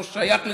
זה לא שייך לזה,